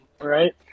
right